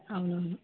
అవునవును